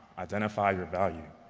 identify your value,